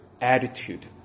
attitude